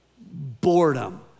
boredom